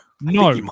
No